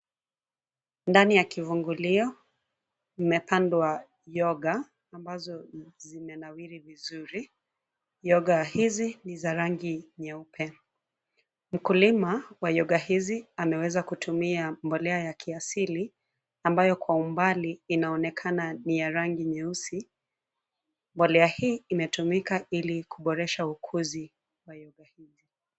Ndani ya kivungulio, imepandwa, yoga, ambazo, zimenawiri vizuri, yoga hizi ni za rangi nyeupe, mkulima, wa yoga hizi, ameweza kutumia mbolea ya kiasili, ambayo kwa umbali inaonekana ni ya rangi nyeusi, mbolea hii imetumika ili kuboresha ukuzi, wa yoga hizi.